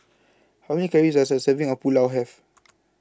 How Many Calories Does A Serving of Pulao Have